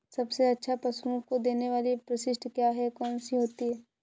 सबसे अच्छा पशुओं को देने वाली परिशिष्ट क्या है? कौन सी होती है?